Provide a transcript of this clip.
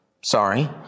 sorry